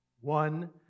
one